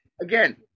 again